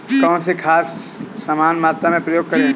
कौन सी खाद समान मात्रा में प्रयोग करें?